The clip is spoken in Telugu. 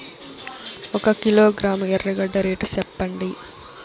ఒక కిలోగ్రాము ఎర్రగడ్డ రేటు సెప్పండి?